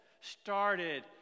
started